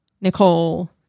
Nicole